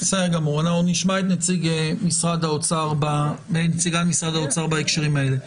בהמשך אנחנו נשמע את נציג משרד האוצר בהקשרים האלה.